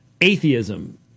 atheism